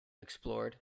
explored